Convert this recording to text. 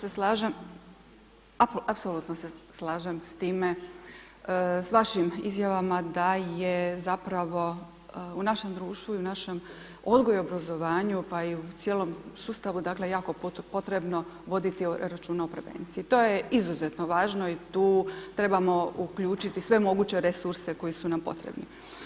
da, apsolutno se slažem s time, s vašim izjavama da je zapravo u našem društvu i u našem odgoju i obrazovanju pa i cijelom sustavu dakle jako potrebno voditi računa o prevenciji, to je izuzetno važno i tu trebamo uključiti sve moguće resurse koji su nam potrebni.